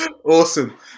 awesome